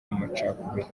amacakubiri